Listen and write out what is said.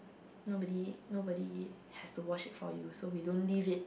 nobody nobody has to wash it for you so we don't leave it